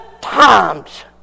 times